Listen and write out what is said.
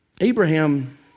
Abraham